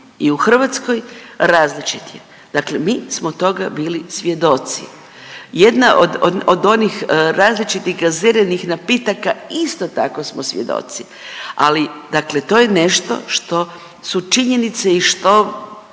i u Hrvatskoj, različit je. Dakle mi smo toga bili svjedoci. Jedna od onih različitih gaziranih napitaka, isto tako smo svjedoci, ali dakle to je nešto što su činjenice i što